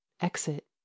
exit